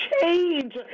change